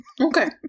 Okay